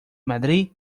madrid